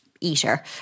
eater